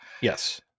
Yes